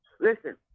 Listen